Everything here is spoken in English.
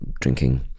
drinking